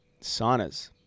saunas